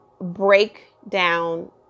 breakdown